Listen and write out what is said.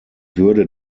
würde